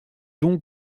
donc